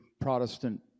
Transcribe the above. Protestant